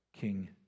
King